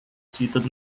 seated